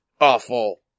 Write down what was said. awful